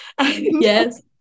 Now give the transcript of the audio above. Yes